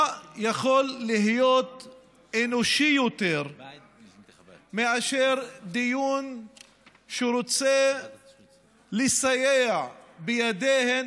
מה יכול להיות אנושי יותר מאשר דיון שרוצה לסייע בידיהן